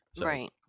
Right